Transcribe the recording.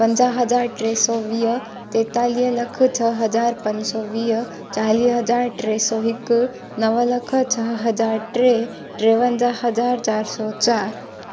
पंजाहु हज़ार टे सौ वीह टेतालीह लख छह हज़ार पंज सौ वीह चालीह हज़ार टे सौ हिकु नव लख छह हज़ार टे टेवंजाहु हज़ार चारि सौ चारि